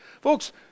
Folks